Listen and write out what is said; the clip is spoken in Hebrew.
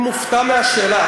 אני מופתע מהשאלה.